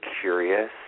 curious